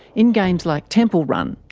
in games like temple run.